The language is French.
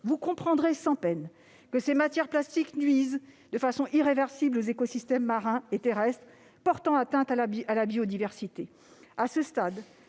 Vous comprendrez sans peine que ces matières plastiques nuisent de façon irréversible aux écosystèmes marins et terrestres, portant ainsi atteinte à la biodiversité.